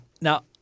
now